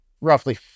roughly